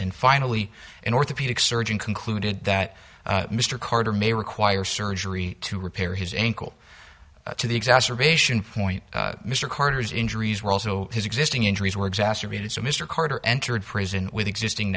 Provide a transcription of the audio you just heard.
an orthopedic surgeon concluded that mr carter may require surgery to repair his ankle to the exacerbation point mr carter's injuries were also his existing injuries were exacerbated so mr carter entered prison with existing